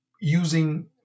using